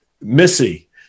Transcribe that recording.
Missy